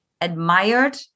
admired